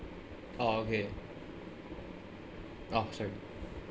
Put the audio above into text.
ah okay ah sorry